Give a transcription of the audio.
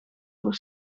voor